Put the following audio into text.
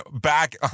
back